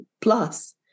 plus